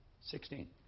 Sixteen